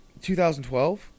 2012